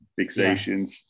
fixations